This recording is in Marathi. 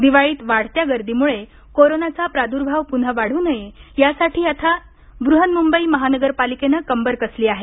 दिवाळीत वाढत्या गर्दीमुळे कोरोनाचा प्राद्भाव पुन्हा वाढू नये यासाठी आता बुहन्मुंबई महानगरपालिकेनं कंबर कसली आहे